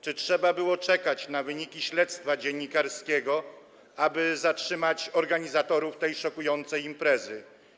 Czy trzeba było czekać na wyniki śledztwa dziennikarskiego, aby zatrzymać organizatorów tej szokującej imprezy?